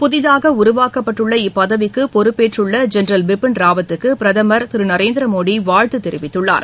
புதிதாக உருவாக்கப்பட்டுள்ள இப்பதவிக்கு பொறுப்பேற்றுள்ள ஜெனரல் பிபின் ராவத்துக்கு பிரதமா் திரு நரேந்திரமோடி வாழ்த்து தெரிவித்துள்ளார்